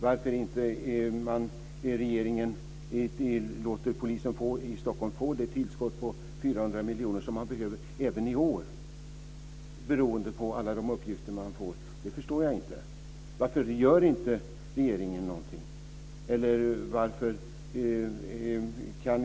Varför regeringen inte låter polisen i Stockholm få det tillskott på 400 miljoner som man behöver även i år, beroende på alla de uppgifter man får, förstår jag inte.